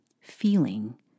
feeling